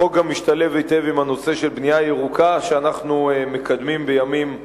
החוק גם משתלב היטב בנושא של בנייה ירוקה שאנחנו מקדמים בימים אלה,